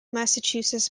massachusetts